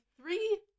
three